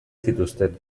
zituzten